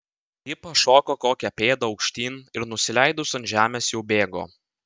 ji pašoko kokią pėdą aukštyn ir nusileidus ant žemės jau bėgo